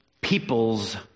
peoples